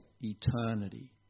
eternity